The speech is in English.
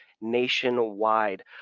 nationwide